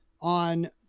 on